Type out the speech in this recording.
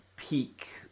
peak